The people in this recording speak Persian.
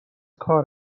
کار